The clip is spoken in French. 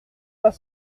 pas